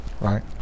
right